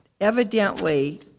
Evidently